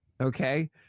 okay